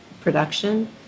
production